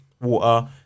water